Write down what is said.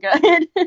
good